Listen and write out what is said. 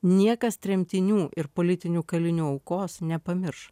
niekas tremtinių ir politinių kalinių aukos nepamirš